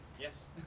Yes